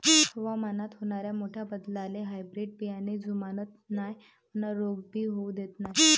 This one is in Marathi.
हवामानात होनाऱ्या मोठ्या बदलाले हायब्रीड बियाने जुमानत नाय अन रोग भी होऊ देत नाय